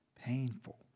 Painful